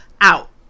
out